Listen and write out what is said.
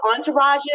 entourages